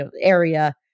area